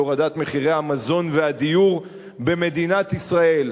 הורדת מחירי המזון והדיור במדינת ישראל,